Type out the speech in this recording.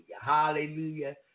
Hallelujah